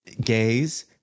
gays